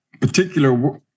particular